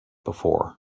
before